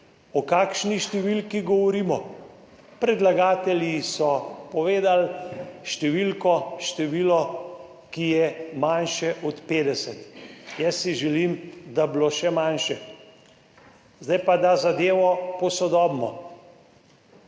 O kakšni številki govorimo? Predlagatelji so povedali številko, število, ki je manjše od 50. Jaz si želim, da bi bilo še manjše. Da posodobimo